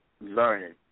learning